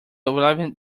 relevant